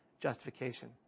justification